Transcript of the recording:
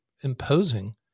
imposing